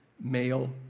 male